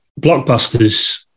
Blockbusters